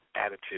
attitude